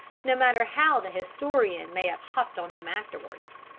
no matter how the historian may have hopped on him afterwards.